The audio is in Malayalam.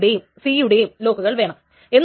ഈ ഒരു നിയമം ഇതിനെ കുറച്ചുകൂടി കൺകറന്റ് ആക്കുന്നു